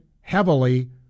heavily